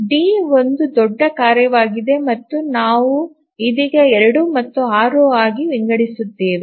D ಒಂದು ದೊಡ್ಡ ಕಾರ್ಯವಾಗಿದೆ ಮತ್ತು ನಾವು ಇದೀಗ 2 ಮತ್ತು 6 ಆಗಿ ವಿಂಗಡಿಸುತ್ತೇವೆ